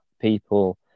people